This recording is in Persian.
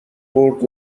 برد